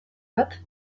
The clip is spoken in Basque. bat